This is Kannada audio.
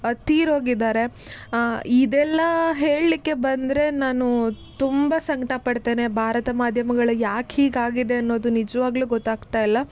ತೀರಿ ಹೋಗಿದ್ದಾರೆ ಇದೆಲ್ಲ ಹೇಳಲಿಕ್ಕೆ ಬಂದರೆ ನಾನು ತುಂಬ ಸಂಕಟ ಪಡ್ತೇನೆ ಭಾರತ ಮಾಧ್ಯಮಗಳು ಯಾಕೆ ಹೀಗೆ ಆಗಿದೆ ಅನ್ನೋದು ನಿಜವಾಗ್ಲೂ ಗೊತ್ತಾಗ್ತಾ ಇಲ್ಲ